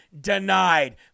denied